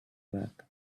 back